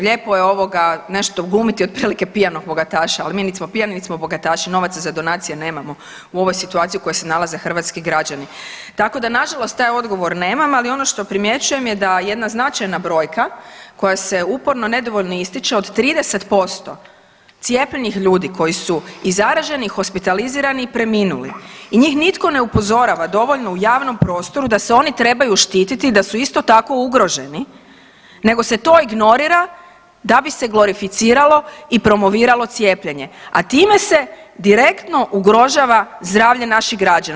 Lijepo je ovoga, nešto odglumiti, otprilike pijanog bogataša, a mi nit smo pijani nit smo bogataši, novac za donacije nemamo u ovoj situaciji u kojoj se nalaze hrvatski građani, tako da nažalost taj odgovor nemam, ali ono što primjećujem je da jedna značajna brojka koja se uporno nedovoljno ističe od 30% cijepljenih ljudi koji su i zaraženi i hospitalizirani i preminuli i njih nitko ne upozorava dovoljno u javnom prostoru da se oni trebaju štititi, da su isto tako, ugroženi nego se to ignorira da bi se glorificiralo i promoviralo cijepljenje, a time se direktno ugrožava zdravlje naših građana.